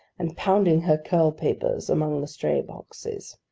and pounding her curl papers among the stray boxes.